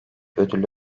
ödülü